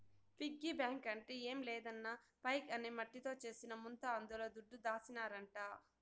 piggy bank అంటే ఏం లేదన్నా పైగ్ అనే మట్టితో చేసిన ముంత అందుల దుడ్డు దాసినారంట